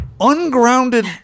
ungrounded